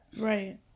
right